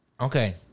Okay